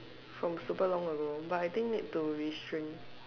from super long ago but I think need to restring